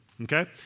okay